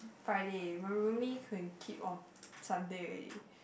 Friday remember me keep on Sunday already